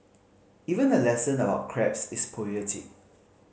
even a lesson about crabs is poetic